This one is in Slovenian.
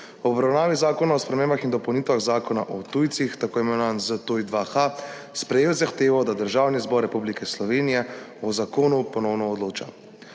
ob obravnavi Zakona o spremembah in dopolnitvi Zakona o tujcih, tako imenovan ZTuj-2H, sprejel zahtevo, da Državni zbor Republike Slovenije o zakonu ponovno odloča.